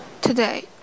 Today